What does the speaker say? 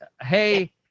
Hey